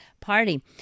party